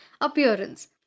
appearance